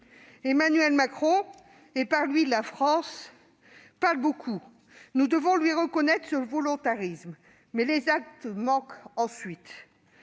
Emmanuel Macron et, à travers lui, la France parlent beaucoup. Nous devons lui reconnaître ce volontarisme ! Mais les actes manquent, parce